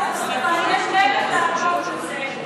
יש דרך לעקוף את זה,